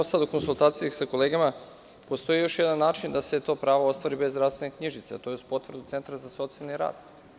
U konsultaciji sa kolegama, postoji još jedan način da se to pravo ostvari bez zdravstvene knjižice – uz potvrdu centra za socijalni rad.